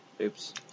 Oops